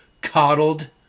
coddled